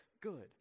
good